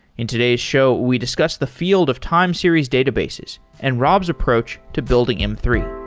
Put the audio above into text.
in today's show, we discuss the field of time series databases and rob's approach to building m three.